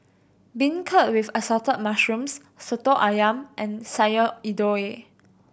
beancurd with Assorted Mushrooms Soto Ayam and Sayur Lodeh